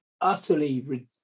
utterly